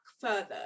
further